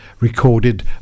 recorded